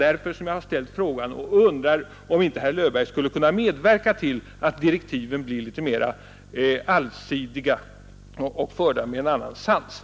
Därför undrar jag om inte herr Löfberg skulle kunna medverka till att direktiven i fortsättningen blir mera allsidiga.